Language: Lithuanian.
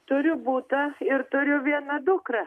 turiu butą ir turiu viena dukrą